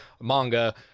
manga